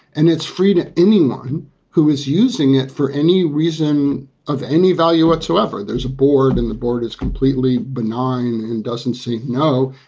and it's free to anyone who is using it for any reason of any value whatsoever. there's a board and the board is completely benign and doesn't say no,